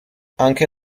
anche